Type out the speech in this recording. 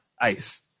ice